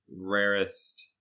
rarest